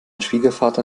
schwiegervater